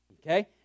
Okay